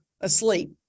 asleep